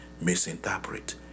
misinterpret